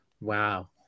Wow